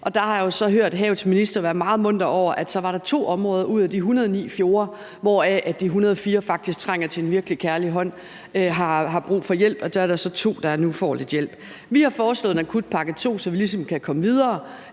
og der har jeg jo så hørt havets minister være meget munter over, at så var der 2 områder ud af de 109 fjorde, hvoraf de 104 faktisk trænger til en virkelig kærlig hånd og har brug for hjælp, der nu får lidt hjælp. Vi har foreslået en akutpakke 2, så vi ligesom kan komme videre.